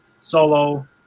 Solo